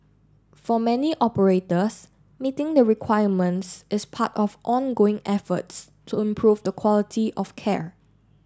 for many operators meeting the requirements is part of ongoing efforts to improve the quality of care